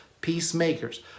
peacemakers